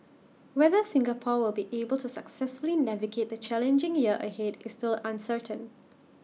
whether Singapore will be able to successfully navigate the challenging year ahead is still uncertain